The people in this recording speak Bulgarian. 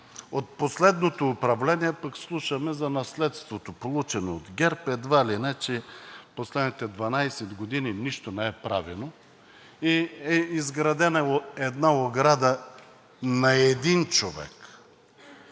от последното управление пък слушаме за наследството, получено от ГЕРБ, едва ли не, че последните 12 години нищо не е правено и е изградена една ограда на един човек,